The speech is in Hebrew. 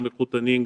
גם איכותניים,